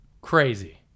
crazy